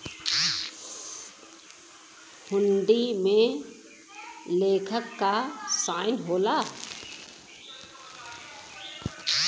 हुंडी में लेखक क साइन होला